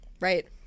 right